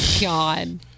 God